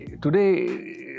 today